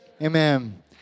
Amen